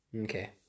Okay